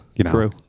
true